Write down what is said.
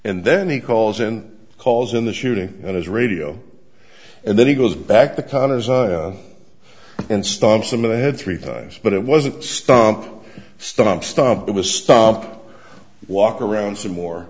and then he calls and calls in the shooting on his radio and then he goes back to connors and stomp some of the head three times but it wasn't stomp stomp stomp it was stop walk around some more